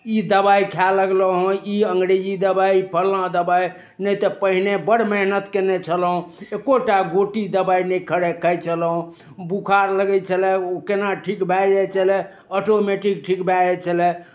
ई दवाइ खाए लगलहुँ हेँ ई अंग्रेजी दवाइ ई फल्लाँ दवाइ नहि तऽ पहिने बड़ मेहनति कयने छलहुँ एक्को टा गोटी दवाइ नहि खर खाइत छलहुँ बुखार लगै छलय ओ केना ठीक भए जाइ छलय ऑटोमेटिक ठीक भए जाइ छलय